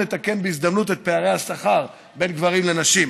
נתקן בהזדמנות את פערי השכר בין גברים לנשים.